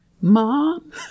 Mom